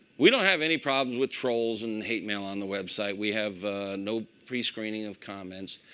we don't have any problem with trolls and hate mail on the website. we have no prescreening of comments.